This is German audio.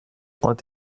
und